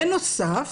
בנוסף